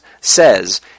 says